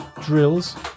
drills